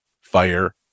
fire